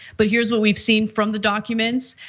but here's what we've seen from the documents.